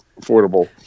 affordable